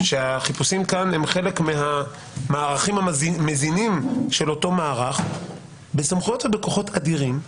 שהחיפושים כאן מזינים את אותו מערך בסמכויות ובכוחות אדירים.